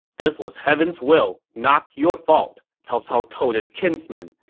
this was heaven's will, not your fault, cao cao told his kinsman.